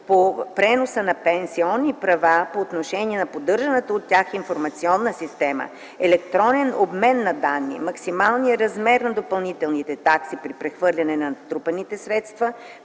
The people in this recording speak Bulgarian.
при преноса на пенсионни права по отношение на поддържаната от тях информационна система, електронния обмен на данни, максималния размер на допълнителните такси при прехвърляне на натрупаните средства